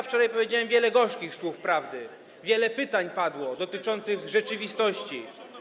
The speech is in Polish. Wczoraj powiedziałem wiele gorzkich słów prawdy, padło wiele pytań dotyczących rzeczywistości.